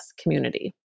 community